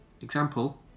example